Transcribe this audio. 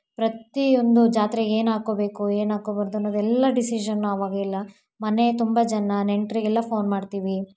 ಪ್ರತಿಯೊಂದೂ ಜಾತ್ರೆಗೆ ಏನು ಹಾಕ್ಕೋಬೇಕು ಏನು ಹಾಕ್ಕೋಬಾರ್ದು ಅನ್ನೋದೆಲ್ಲ ಡಿಸಿಷನ್ ಅವಾಗೆಲ್ಲ ಮನೆ ತುಂಬ ಜನ ನೆಂಟರಿಗೆಲ್ಲ ಫೋನ್ ಮಾಡ್ತೀವಿ